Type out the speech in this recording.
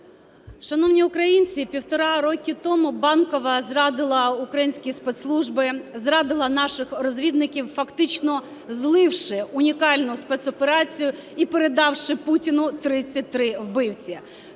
Шановні українці! Півтора року тому Банкова зрадила українські спецслужби, зрадила наших розвідників, фактично зливши унікальну спецоперацію і передавши Путіну 33 вбивці.